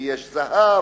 ויש "זהב",